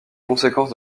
conséquences